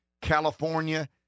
California